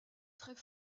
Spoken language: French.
très